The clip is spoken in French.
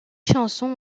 chansons